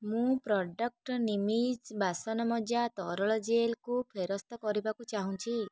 ମୁଁ ପ୍ରଡ଼କ୍ଟ ନିମ୍ଇଜି ବାସନମଜା ତରଳ ଜେଲ୍କୁ ଫେରସ୍ତ କରିବାକୁ ଚାହୁଁଛି